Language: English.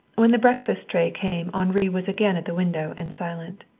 when the breakfast tray came henri was again at the window and silent.